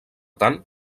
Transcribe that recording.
tant